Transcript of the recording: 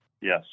Yes